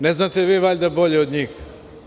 Ne znate valjda vi bolje od njih.